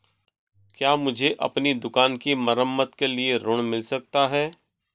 क्या मुझे अपनी दुकान की मरम्मत के लिए ऋण मिल सकता है?